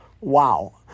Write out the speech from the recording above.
Wow